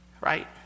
right